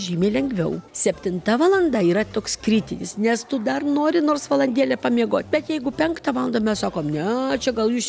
žymiai lengviau septinta valanda yra toks kritinis nes tu dar nori nors valandėlę pamiegot bet jeigu penktą valandą mes sakom ne čia gal jūs